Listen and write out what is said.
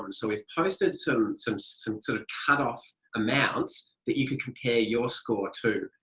and so we've posted so some some sort of cutoff amounts that you can compare your score to,